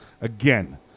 again